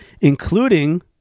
including